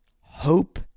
hope